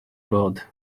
bod